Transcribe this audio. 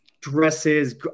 dresses